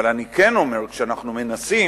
אבל אני כן אומר: כשאנחנו מנסים,